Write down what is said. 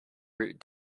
root